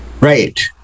Right